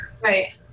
Right